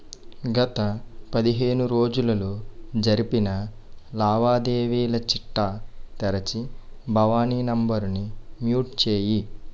గత పదిహేను రోజులలో జరిపిన లావాదేవీల చిట్టా తెరచి భవానీ నంబరుని మ్యూట్ చేయి